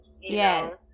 Yes